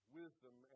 wisdom